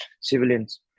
civilians